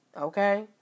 Okay